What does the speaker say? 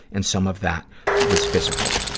and some of that was physical.